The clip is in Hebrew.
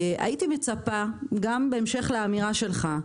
הייתי מצפה, גם בהמשך לאמירה שלך,